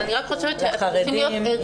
אבל אני רק חושבת שהם צריכים להיות ערים --- לחרדים